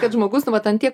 kad žmogus nu vat ant tiek